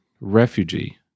refugee